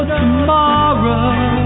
tomorrow